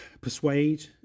persuade